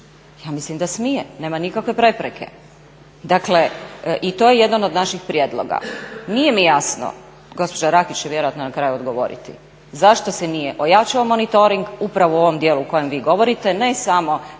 Ja mislim da smije, nema nikakve prepreke. Dakle i to je jedan od naših prijedloga. Nije mi jasno, gospođa Rakić će vjerojatno na kraju odgovoriti zašto se nije ojačao monitoring upravo u ovom dijelu o kojem vi govorite, ne samo